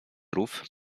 rów